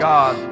God